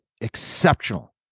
exceptional